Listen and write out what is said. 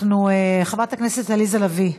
חברת הכנסת עליזה לביא.